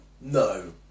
No